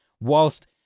Whilst